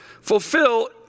Fulfill